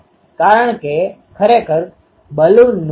હવે કુલ ક્ષેત્ર Eનુ માન શું છે તે હું સરળતાથી લખી શકું છું જે EMr cos